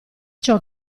ciò